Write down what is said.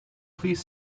please